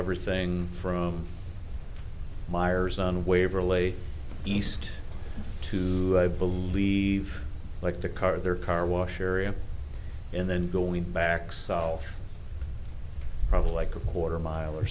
everything from myers on waverly east to i believe like the car their car wash area and then going back south probably a quarter mile or